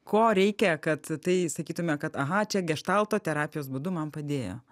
ko reikia kad tai sakytume kad aha čia geštalto terapijos būdu man padėjo